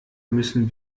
müssen